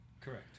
Correct